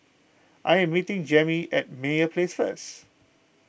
I am meeting Jamey at Meyer Place first